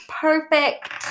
perfect